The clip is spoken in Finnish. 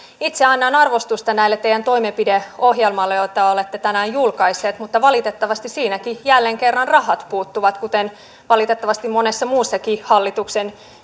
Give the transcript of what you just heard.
itse annan arvostusta tälle teidän toimenpideohjelmallenne jonka olette tänään julkaisseet mutta valitettavasti siitäkin jälleen kerran rahat puuttuvat kuten valitettavasti monesta muustakin hallituksen